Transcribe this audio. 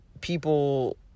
people